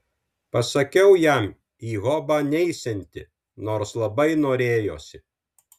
pasakiau jam į hobą neisianti nors labai norėjosi